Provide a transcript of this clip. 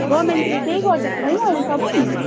गभर्नमेन्टले केही गरिदिएको छैन अहिलेसम्म